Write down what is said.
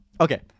Okay